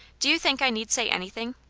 do you think i need say anything?